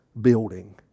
building